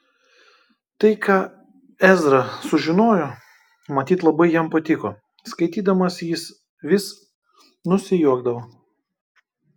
tai ką ezra sužinojo matyt labai jam patiko skaitydamas jis vis nusijuokdavo